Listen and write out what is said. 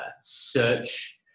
search